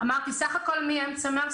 אמרתי סך הכול מאמצע מרץ,